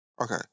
okay